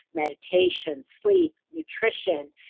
meditation, sleep, nutrition,